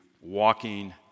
walking